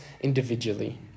individually